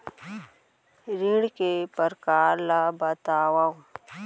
ऋण के परकार ल बतावव?